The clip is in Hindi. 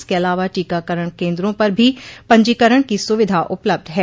इसके अलावा टीकाकरण केन्द्रों पर भी पंजीकरण की सुविधा उपलब्ध है